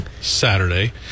saturday